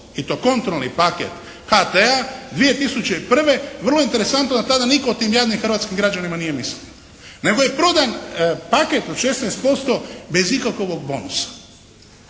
i to kontrolni paket HT-a 2001. vrlo interesantno da tada nitko o tim jadnim hrvatskim građanima nije mislio, nego je prodan paket od 16% bez ikakvog bonusa.